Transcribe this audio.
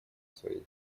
своих